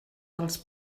dels